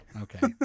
Okay